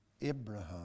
Abraham